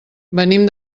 venim